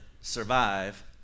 survive